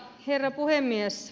herra puhemies